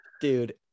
dude